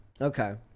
Okay